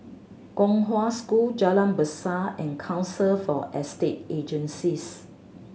Kong Hwa School Jalan Besar and Council for Estate Agencies